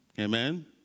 Amen